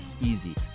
easy